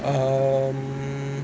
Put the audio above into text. um